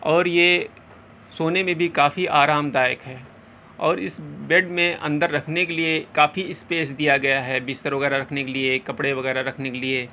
اور یہ سونے میں بھی کافی آرام دایک ہے اور اس بیڈ میں اندر رکھنے کے لیے کافی اسپیس دیا گیا ہے بستر وغیرہ رکھنے کے لیے کپڑے وغیرہ رکھنے کے لیے